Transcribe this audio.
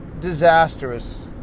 disastrous